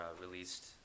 released